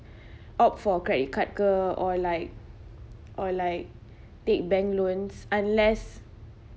opt for credit card ke or like or like take bank loans unless